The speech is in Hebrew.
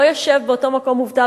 לא ישב באותו מקום מובטל,